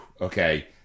okay